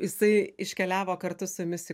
jisai iškeliavo kartu su jumis į